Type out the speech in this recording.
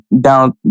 down